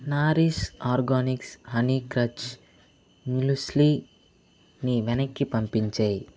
nourish organics honey crunch మ్యూస్లీని వెనక్కి పంపించెయ్యి